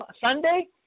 Sunday